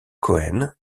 cohen